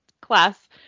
class